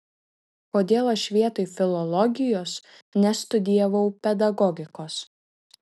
kodėl aš vietoj filologijos nestudijavau pedagogikos